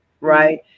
right